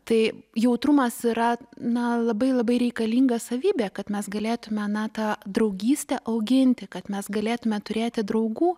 tai jautrumas yra na labai labai reikalinga savybė kad mes galėtume na tą draugystę auginti kad mes galėtume turėti draugų